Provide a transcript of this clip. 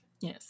Yes